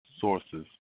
sources